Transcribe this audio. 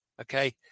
okay